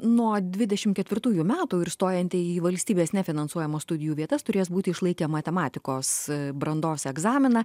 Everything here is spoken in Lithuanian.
nuo dvidešimt ketvirtųjų metų ir stojantieji į valstybės nefinansuojamas studijų vietas turės būti išlaikę matematikos brandos egzaminą